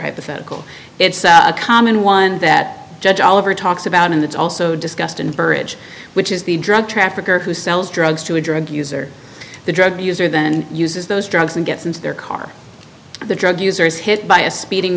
hypothetical it's a common one that judge oliver talks about and that's also discussed in burrage which is the drug trafficker who sells drugs to a drug user the drug user then uses those drugs and gets into their car the drug user is hit by a speeding